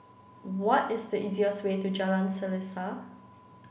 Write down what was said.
what is the easiest way to Jalan Selaseh